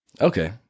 Okay